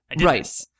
Right